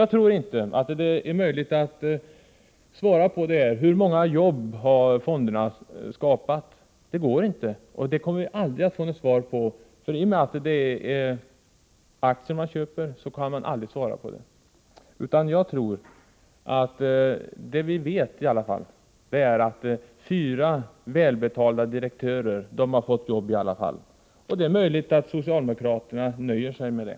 Jag tror inte att det är möjligt att svara på frågan om hur många jobb löntagarfonderna har skapat. Vi kommer aldrig att få något svar på den frågan. I och med att det är aktier som fonderna köper går det inte att svara på den frågan. Vad vi vet är att fyra välbetalda direktörer har fått jobb. Det är möjligt att socialdemokraterna nöjer sig med det.